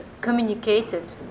communicated